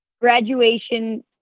graduation